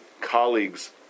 colleagues